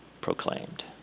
proclaimed